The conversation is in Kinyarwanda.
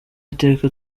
iteka